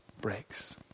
breaks